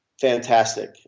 fantastic